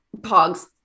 Pogs